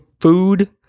food